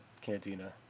cantina